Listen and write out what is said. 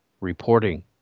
reporting